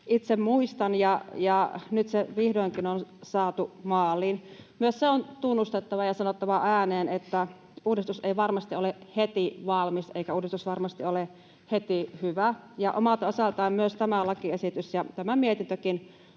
itse muistan, ja nyt se vihdoinkin on saatu maaliin. Myös se on tunnustettava ja sanottava ääneen, että uudistus ei varmasti ole heti valmis eikä uudistus varmasti ole heti hyvä, ja omalta osaltaan myös tämä lakiesitys ja tämä mietintökin